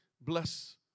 Bless